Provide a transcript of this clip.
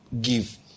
give